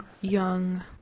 young